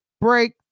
break